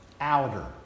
outer